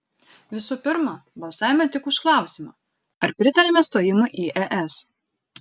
visų pirma balsavome tik už klausimą ar pritariame stojimui į es